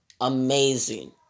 amazing